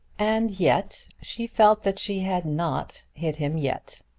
and yet she felt that she had not hit him yet.